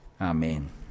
Amen